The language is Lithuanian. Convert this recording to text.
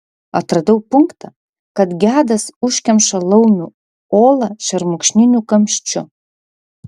atradau punktą kad gedas užkemša laumių olą šermukšniniu kamščiu